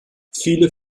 viele